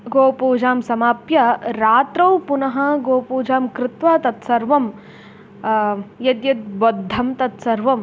गोपूजां समाप्य रात्रौ पुनः गोपूजां कृत्वा तत्सर्वं यद्यद्बद्धं तत्सर्वम्